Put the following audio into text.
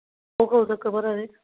ओह् कदूं तक भरोआ दे